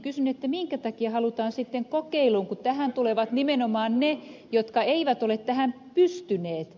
kysyn minkä takia halutaan sitten kokeiluun kun tähän tulevat nimenomaan ne jotka eivät ole tähän pystyneet